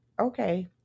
okay